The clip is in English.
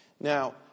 Now